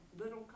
little